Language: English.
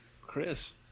chris